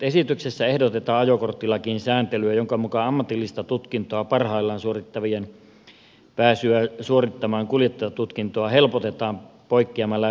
esityksessä ehdotetaan ajokorttilakiin sääntelyä jonka mukaan ammatillista tutkintoa parhaillaan suorittavien pääsyä suorittamaan kuljettajantutkintoa helpotetaan poikkeamalla vähimmäisikävaatimuksista